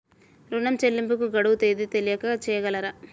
ఋణ చెల్లింపుకు గడువు తేదీ తెలియచేయగలరా?